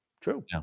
True